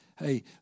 hey